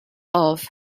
off